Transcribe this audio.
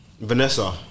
Vanessa